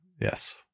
Yes